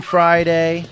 Friday